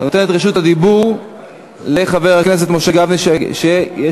רשות הדיבור למשה גפני, שרוצה